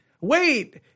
wait